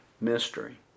mystery